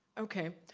okay,